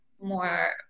More